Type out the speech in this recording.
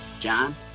John